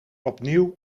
opnieuw